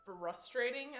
frustrating